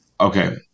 Okay